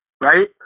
right